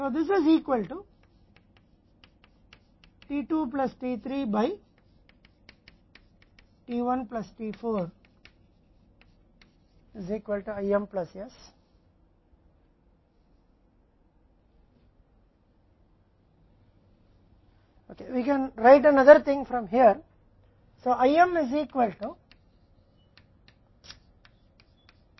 तो यह t 2 plus t 3 के बराबर है by t 1 प्लस t 4 बराबर है IM प्लस s के